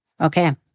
Okay